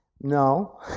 No